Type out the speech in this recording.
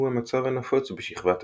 הוא המצב הנפוץ בשכבת הטרופוספירה,